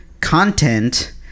content